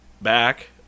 back